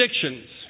predictions